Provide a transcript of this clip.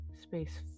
Space